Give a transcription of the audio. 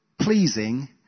pleasing